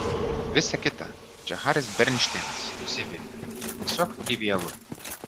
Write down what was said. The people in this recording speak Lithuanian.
visa kita čia haris bernšteinas nusiviepė tiesiog trivialu